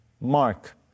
mark